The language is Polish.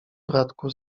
bratku